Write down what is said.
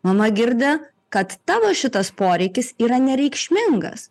mama girdi kad tavo šitas poreikis yra nereikšmingas